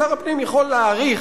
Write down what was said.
שר הפנים יכול להאריך